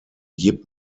yip